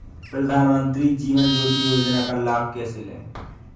प्रधानमंत्री जीवन ज्योति योजना का लाभ कैसे लें?